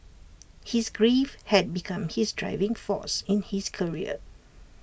his grief had become his driving force in his career